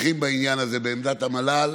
תומכים בעניין הזה בעמדת המל"ל,